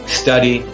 study